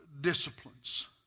disciplines